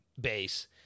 base